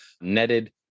netted